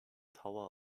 tower